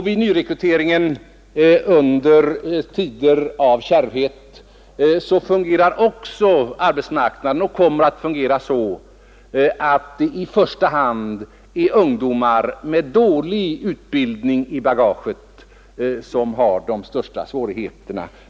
Vid nyrekrytering under tider av kärvhet fungerar också arbetsmarknaden och kommer att fungera så att det i första hand är ungdomar med dålig utbildning i bagaget som har de största svårigheterna.